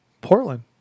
Portland